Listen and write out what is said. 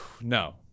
No